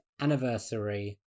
anniversary